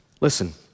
Listen